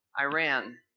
Iran